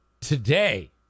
today